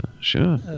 sure